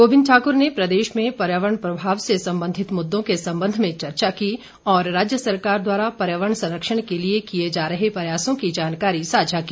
गोविंद ठाकुर ने प्रदेश में पर्यावरण प्रभाव से संबंधित मुद्दों के संबंध में चर्चा की और राज्य सरकार द्वारा पर्यावरण संरक्षण के लिए किए जा रहे प्रयासों की जानकारी साझा की